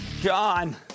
John